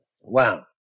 wow